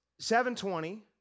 7.20